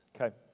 Okay